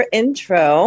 intro